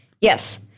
Yes